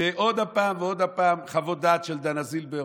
ועוד פעם ועוד פעם חוות דעת של דינה זילבר.